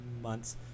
months